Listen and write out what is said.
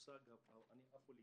אני א-פוליטי,